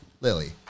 Lily